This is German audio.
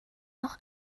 auch